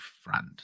friend